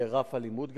לרף אלימות גבוה.